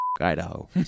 Idaho